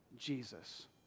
Jesus